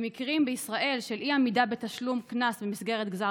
במקרים בישראל של אי-עמידה בתשלום קנס במסגרת גזר